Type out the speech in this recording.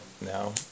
now